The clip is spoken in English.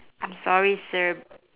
I'm sorry sir